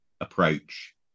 approach